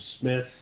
Smith